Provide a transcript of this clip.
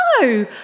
no